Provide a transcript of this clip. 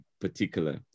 particular